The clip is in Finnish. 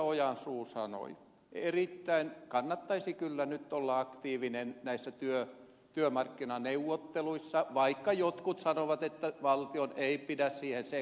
ojansuu sanoi kannattaisi kyllä nyt olla aktiivinen näissä työmarkkinaneuvotteluissa vaikka jotkut sanovat että valtion ei pidä niihin sekaantua